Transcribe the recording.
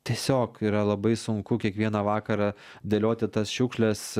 tiesiog yra labai sunku kiekvieną vakarą dėlioti tas šiukšles